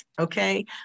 okay